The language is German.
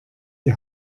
die